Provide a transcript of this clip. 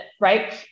right